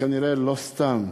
וכנראה לא סתם.